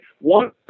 One